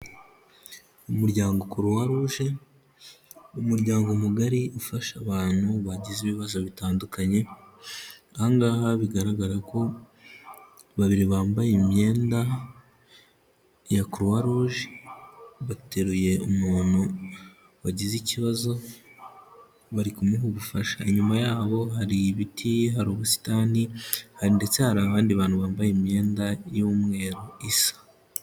Umuryango CROIX ROUGE:umuryango mugari ufasha abantu bagize ibibazo bitandukanye. Aha ngaha bigaragara ko babiri bambaye imyenda ya CROIX ROUGE bateruye umuntu wagize ikibazo bari kumuha ubufasha. inyuma yabo hari ibiti, hari ubusitani ndetse hari abandi bantu bambaye imyenda y'umweru isa.